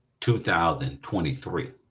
2023